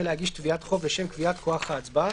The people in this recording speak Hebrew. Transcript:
להגיש תביעת חוב לשם קביעת כוח ההצבעה,